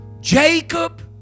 jacob